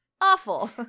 Awful